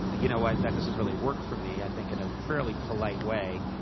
you know, what, that doesn't really work for me, i think, in a fairly polite way.